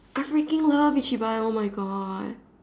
I freaking love ichiban oh my God